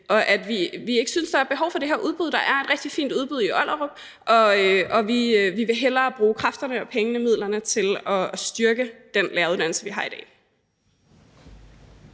vi synes ikke, at der er behov for det her udbud. Der er et rigtig fint udbud i Ollerup, og vi vil hellere bruge kræfterne, pengene, midlerne til at styrke den læreruddannelse, vi har i dag.